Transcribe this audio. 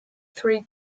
three